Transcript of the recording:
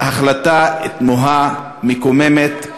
החלטה תמוהה, מקוממת,